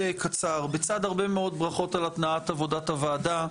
בצד הרבה מאוד ברכות על התנעת עבודת הוועדה,